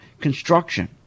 construction